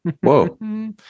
Whoa